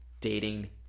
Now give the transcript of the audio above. dating